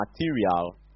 material